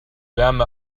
wärme